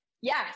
Yes